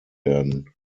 werden